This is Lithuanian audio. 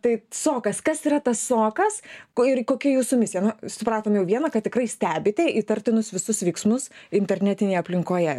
tai sokas kas yra tas sokas ko ir kokia jūsų misija nu supratom jau vieną kad tikrai stebite įtartinus visus veiksmus internetinėje aplinkoje